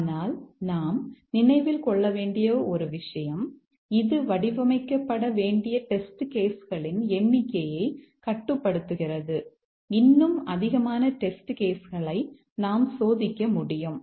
ஆனால் நாம் நினைவில் கொள்ள வேண்டிய ஒரு விஷயம் இது வடிவமைக்கப்பட வேண்டிய டெஸ்ட் கேஸ் களை நாம் சோதிக்க முடியும்